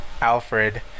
Alfred